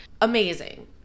Amazing